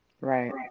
Right